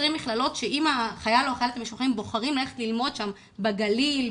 מכללות שאם חיילות וחיילים משוחררים בוחרים ללכת ללמוד שם בגליל,